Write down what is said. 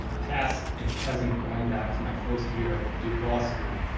ah past and present, going back to my first year at duke law school.